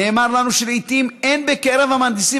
נאמר לנו שלעיתים אין בקרב המהנדסים